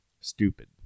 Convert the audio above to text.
Stupid